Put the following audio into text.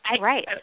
Right